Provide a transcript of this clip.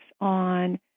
on